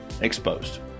Exposed